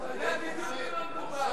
אתה יודע בדיוק במה מדובר.